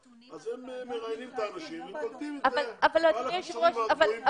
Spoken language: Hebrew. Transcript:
אז הם מראיינים את האנשים וקולטים את בעל הציונים הכישורים